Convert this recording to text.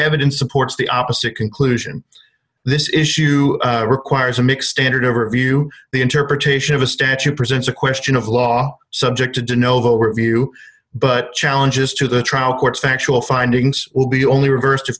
evidence supports the opposite conclusion this issue requires a mix standard overview the interpretation of a statute presents a question of law subject to denote overview but challenges to the trial court factual findings will be only reversed if